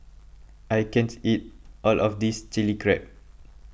I can't eat all of this Chilli Crab